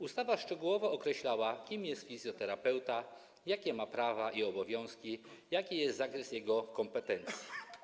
Ustawa szczegółowo określała, kim jest fizjoterapeuta, jakie ma prawa i obowiązki, jaki jest zakres jego kompetencji.